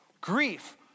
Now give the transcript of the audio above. Grief